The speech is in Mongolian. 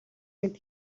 мэнд